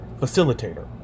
facilitator